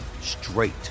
straight